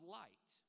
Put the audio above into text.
light